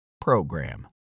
PROGRAM